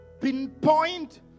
pinpoint